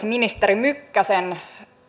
ministeri mykkäsen